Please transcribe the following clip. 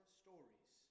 stories